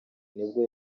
nibwo